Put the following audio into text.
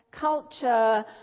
culture